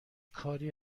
کاری